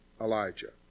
Elijah